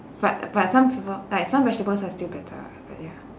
but but some people like some vegetables are still bitter but ya